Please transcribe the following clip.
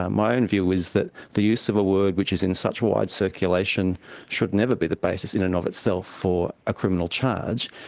ah my own view is that the use of a word which is in such wide circulation should never be the basis in and of itself for a criminal charge.